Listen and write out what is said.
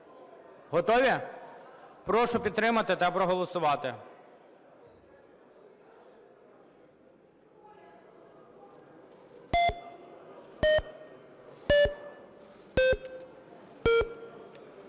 голосувати? Прошу підтримати та проголосувати.